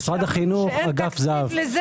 משרד החינוך, אגף זה"ב.